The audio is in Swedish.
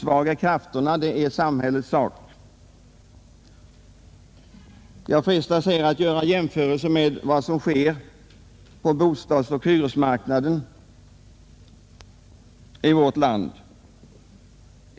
Jag frestas i detta sammanhang att göra en jämförelse med vad som sker på bostadsoch hyresmarknaden i vårt land.